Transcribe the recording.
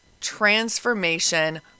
transformation